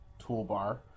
toolbar